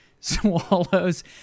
swallows